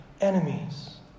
enemies